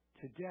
today